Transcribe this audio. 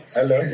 Hello